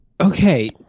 okay